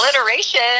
alliteration